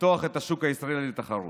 לפתוח את השוק הישראלי לתחרות.